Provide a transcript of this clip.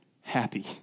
happy